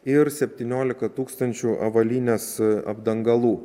ir septyniolika tūkstančių avalynės apdangalų